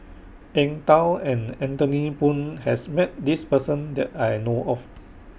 Eng Tow and Anthony Poon has Met This Person that I know of